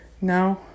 No